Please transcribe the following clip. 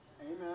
Amen